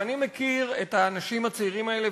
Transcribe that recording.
ואני מכיר את האנשים הצעירים האלה,